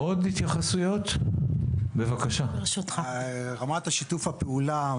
לעניין רמת שיתוף הפעולה,